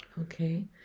Okay